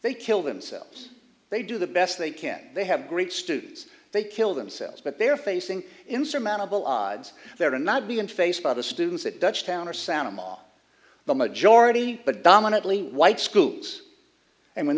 they kill themselves they do the best they can they have great students they kill themselves but they're facing insurmountable odds they're not being faced by the students that dutch town or santa monica the majority but dominantly white schools and when